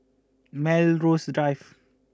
Melrose Drive